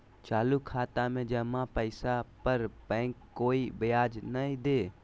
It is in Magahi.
चालू खाता में जमा पैसा पर बैंक कोय ब्याज नय दे हइ